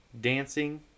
dancing